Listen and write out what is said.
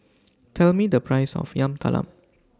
Tell Me The Price of Yam Talam